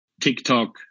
TikTok